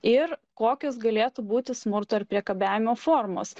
ir kokios galėtų būti smurto ir priekabiavimo formos